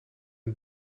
het